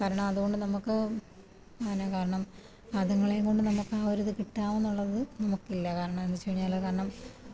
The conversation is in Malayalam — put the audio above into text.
കാരണം അതുകൊണ്ട് നമുക്ക് അതിന് കാരണം അതുങ്ങളെയുംകൊണ്ട് നമുക്കാ ഒരു ഇത് കിട്ടാവുന്നുള്ളത് നമുക്കില്ല കാരണം എന്ന് വച്ചുകഴിഞ്ഞാല് കാരണം